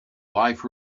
life